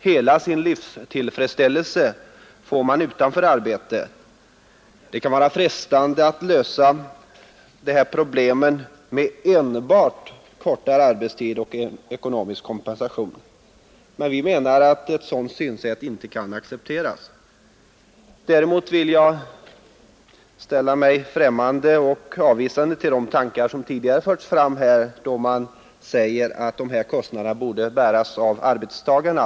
Hela sin livstillfredsställelse får man utanför arbetet. Det kan vara frestande att lösa dessa problem med enbart kortare arbetstid och ekonomisk kompensation. Men vi menar att ett sådant synsätt inte kan accepteras. Däremot vill jag ställa mig främmande och avvisande till de tankar som tidigare förts fram här, då man säger att de här kostnaderna borde bäras av arbetstagarna.